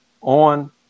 on